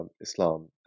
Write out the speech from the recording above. Islam